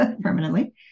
permanently